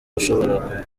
ashobora